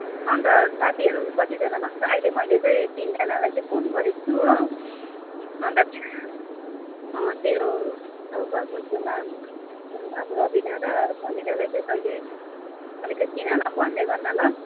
अन्त साथीहरू कतिजना भएको छ अहिले मैले चाहिँ तिनजनालाई फोन गरेको छु हो अन्त तेरो तेरो घरको छेउमा जुन अब रबिना र समिरालाई चाहिँ तैँले अलिकति तिनीहरूलाई पनि भन्दै गर् न ल